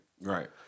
right